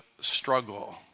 struggle